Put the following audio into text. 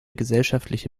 gesellschaftliche